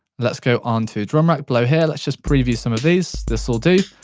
let's go onto drum rack below here, let's just preview some of these. this'll do,